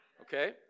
Okay